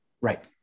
Right